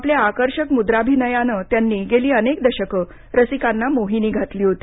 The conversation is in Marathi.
आपल्या आकर्षक मुद्राभिनयानं त्यांनी गेली अनेक दशकं रसिकांना मोहिनी घातली होती